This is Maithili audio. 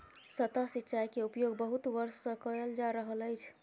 सतह सिचाई के उपयोग बहुत वर्ष सँ कयल जा रहल अछि